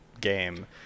game